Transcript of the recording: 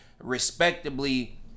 respectably